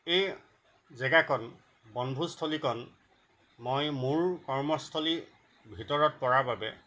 এই জেগাকণ বনভোজস্থলীকণ মই মোৰ কৰ্মস্থলীৰ ভিতৰত পৰাৰ বাবে